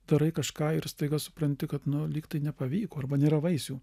darai kažką ir staiga supranti kad nu lyg tai nepavyko arba nėra vaisių